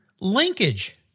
Linkage